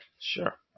Sure